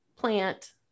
plant